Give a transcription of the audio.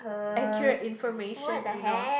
accurate information or not